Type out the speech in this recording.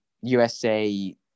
USA